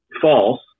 false